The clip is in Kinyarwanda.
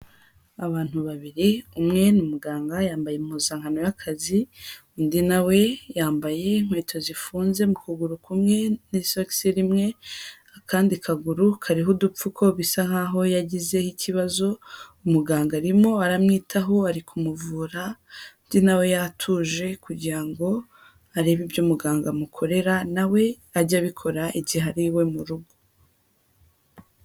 Abantu babiri umwe ni umuganga yambaye impuzankano y'akazi, undi na we yambaye inkweto zifunze mu kuguru kumwe n'isogisi rimwe, akandi kaguru kariho udupfuko bisa nkaho yagizeho ikibazo, umuganga arimo aramwitaho ari kumuvura, undi na we yatuje kugira ngo arebe ibyo muganga amukorera na we ajye abikora igihe ari iwe mu rugo.